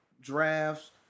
drafts